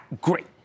great